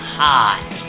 hot